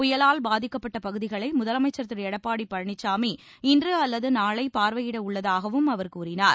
புயலால் பாதிக்கப்பட்ட பகுதிகளை முதலமைச்சர் திரு எடப்பாடி பழனிசாமி இன்று அல்லது நாளை பார்வையிட உள்ளதாகவும் அவர் கூறினார்